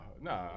no